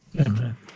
Amen